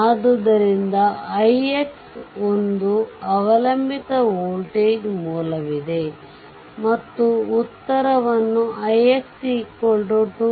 ಆದ್ದರಿಂದ ix ಒಂದು ಅವಲಂಬಿತ ವೋಲ್ಟೇಜ್ ಮೂಲವಿದೆ ಮತ್ತು ಉತ್ತರವನ್ನು ix 2